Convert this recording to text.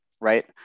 right